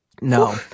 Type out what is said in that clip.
No